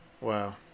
Wow